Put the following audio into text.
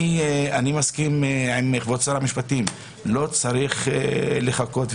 אני מסכים עם כבוד שר המשפטים, לא צריך לחכות.